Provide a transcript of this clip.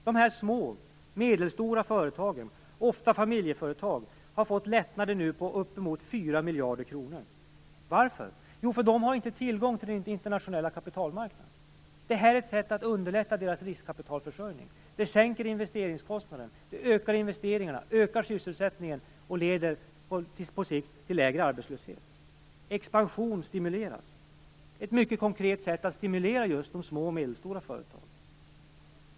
De små och medelstora företagen, ofta familjeföretag, har fått lättnader på uppemot 4 miljarder kronor. Varför? Jo, därför att de inte har tillgång till den internationella kapitalmarknaden. Det här är ett sätt att underlätta deras riskkapitalförsörjning. Det sänker investeringskostnaden. Det ökar investeringarna, ökar sysselsättningen och leder på sikt till lägre arbetslöshet. Expansion stimuleras. Det här är ett mycket konkret sätt att stimulera just de små och medelstora företagen.